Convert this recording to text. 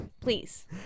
please